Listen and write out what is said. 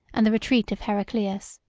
and the retreat of heraclius.